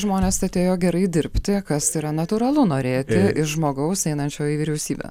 žmonės atėjo gerai dirbti kas yra natūralu norėti iš žmogaus einančio į vyriausybę